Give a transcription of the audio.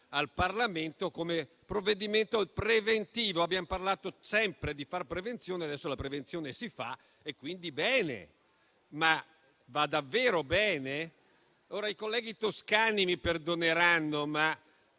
al Parlamento come provvedimento preventivo. Abbiamo parlato sempre di fare prevenzione: adesso la si fa e, quindi, va bene ma va davvero bene? Ora, i colleghi toscani mi perdoneranno, ma